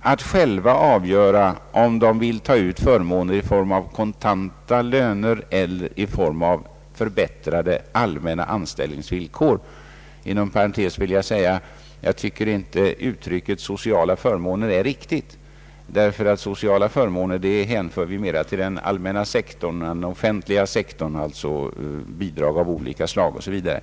att själva avgöra om de vill ta ut förmåner i form av kontanta löner eller i form av förbättrade allmänna anställningsvillkor. Inom parentes vill jag säga att jag inte tycker att uttrycket sociala förmåner är riktigt, ty sociala förmåner hänför vi mera till den offentliga sektorn — bidrag av olika slag o. s. v.